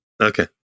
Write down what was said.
Okay